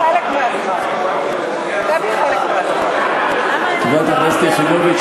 חברת הכנסת יחימוביץ,